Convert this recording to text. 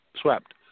swept